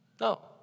No